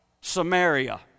Samaria